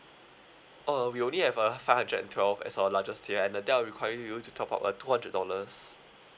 oh we only have a five hundred and twelve as our largest tier and th~ that will require you to top up a two hundred dollars